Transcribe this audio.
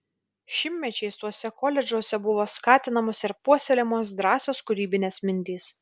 šimtmečiais tuose koledžuose buvo skatinamos ir puoselėjamos drąsios kūrybinės mintys